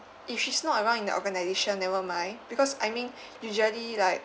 if she's not around in the organization never mind because I mean usually like